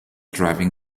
driving